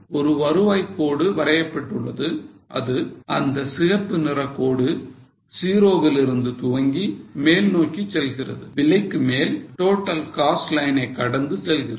ஒரு வருவாய் கோடு வரையப்பட்டுள்ளது அந்த சிகப்பு நிற கோடு 0 விலிருந்து துவங்கி மேல் நோக்கி செல்கிறது விலைக்கு மேல் total cost line ஐ கடந்து செல்கிறது